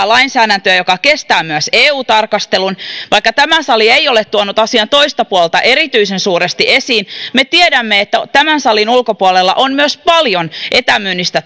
lainsäädäntöä joka kestää myös eu tarkastelun vaikka tämä sali ei ole tuonut asian toista puolta erityisen suuresti esiin me tiedämme että tämän salin ulkopuolella on myös paljon etämyynnistä